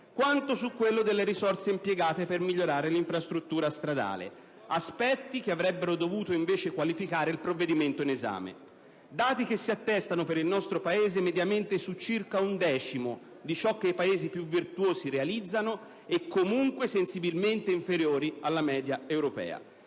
quanto su quello delle risorse impiegate per migliorare l'infrastruttura stradale, aspetti che avrebbero dovuto invece qualificare il provvedimento in esame. Da questo punto di vista, i dati dimostrano che il nostro Paese, mediamente, fa circa un decimo di ciò che i Paesi più virtuosi realizzano, e comunque in misura sensibilmente inferiore alla media europea.